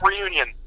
reunion